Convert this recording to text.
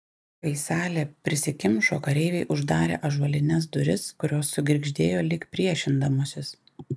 kai salė prisikimšo kareiviai uždarė ąžuolines duris kurios sugirgždėjo lyg priešindamosis